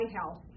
health